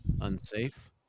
unsafe